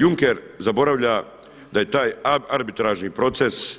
Juncker zaboravlja da je taj ab arbitražni proces